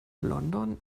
london